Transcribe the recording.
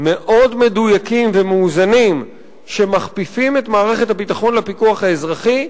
מאוד מדויקים ומאוזנים שמכפיפים את מערכת הביטחון לפיקוח האזרחי,